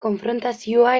konfrontazioa